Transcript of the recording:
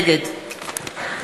נגד